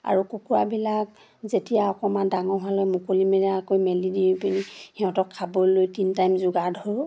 আৰু কুকুৰাবিলাক যেতিয়া অকণমান ডাঙৰ হ'লে মুকলিমূৰীয়াকৈ মেলি দি পিনি সিহঁতক খাবলৈ তিনি টাইম যোগাৰ ধৰোঁ